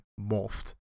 morphed